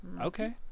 Okay